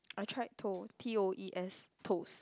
I tried toe T O E S toes